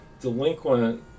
delinquent